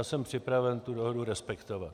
Jsem připraven dohodu respektovat.